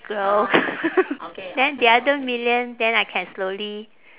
grow then the other million then I can slowly